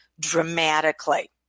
dramatically